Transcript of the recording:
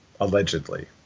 allegedly